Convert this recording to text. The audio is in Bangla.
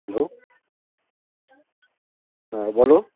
হ্যালো হ্যাঁ বলো